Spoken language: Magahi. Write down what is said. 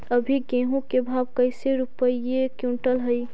अभी गेहूं के भाव कैसे रूपये क्विंटल हई?